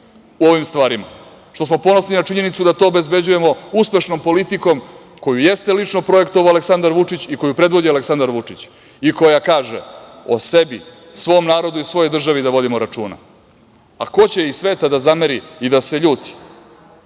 u ovim stvarima, što smo ponosni na činjenicu da to obezbeđujemo uspešnom politikom koju jeste lično projektovao Aleksandar Vučić i koju predvodi Aleksandar Vučić i koja kaže - o sebi, svom narodu i svojoj državi da vodimo računa. Ko će iz sveta da zameri i da se ljuti,